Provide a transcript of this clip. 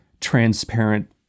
Transparent